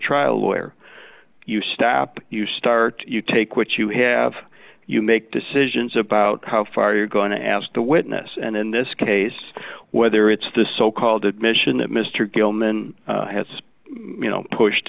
trial lawyer you stap you start you take what you have you make decisions about how far you're going to ask the witness and in this case whether it's the so called admission that mr gilman has you know pushed